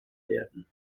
werden